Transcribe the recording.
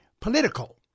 political